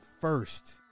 first